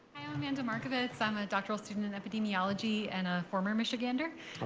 amanda markovitz. i'm a doctoral student in epidemiology and a former michigander.